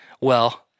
Well-